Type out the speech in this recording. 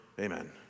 Amen